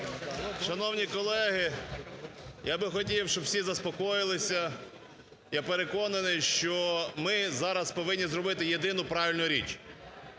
Шановні колеги, я би хотів, щоб всі заспокоїлися. Я переконаний, що ми зараз повинні зробити єдину правильну річ